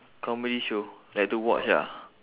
comedy show like to watch ah